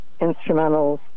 instrumentals